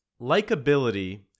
Likeability